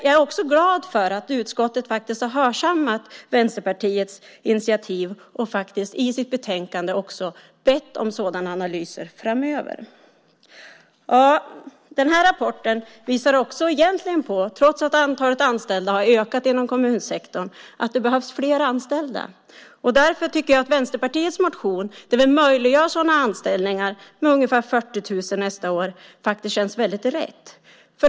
Jag är också glad för att utskottet har hörsammat Vänsterpartiets initiativ och i sitt betänkande bett om sådana analyser framöver. Rapporten visar också - trots att antalet anställda i kommunsektorn har ökat - att det egentligen behövs fler kommunanställda. Därför tycker jag att Vänsterpartiets motion, där vi möjliggör sådana anställningar med ungefär 40 000 nästa år, faktiskt känns väldigt rätt.